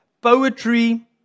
poetry